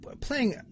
playing